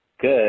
good